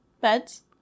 Beds